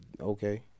okay